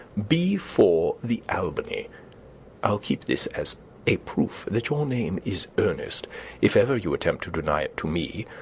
b. four, the albany i'll keep this as a proof that your name is ernest if ever you attempt to deny it to me,